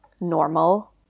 normal